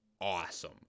awesome